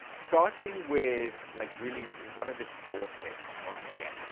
starting with like really one of the shortest on here.